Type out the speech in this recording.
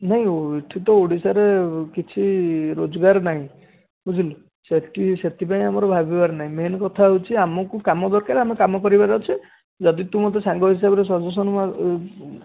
ନାହିଁ ଏଇଠି ତ ଓଡ଼ିଶାରେ କିଛି ରୋଜଗାର ନାହିଁ ବୁଝିଲୁ ସେଇଠି ସେଥିପାଇଁ ଆମର ଭାବିବାର ନାହିଁ ମେନ୍ କଥା ହେଉଛି ଆମକୁ କାମ ଦରକାର ଆମେ କାମ କରିବାର ଅଛି ଯଦି ତୁ ମୋତେ ସାଙ୍ଗ ହିସାବରେ ସଜେସନ୍